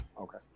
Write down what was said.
okay